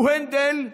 הוא, הנדל,